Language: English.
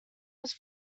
was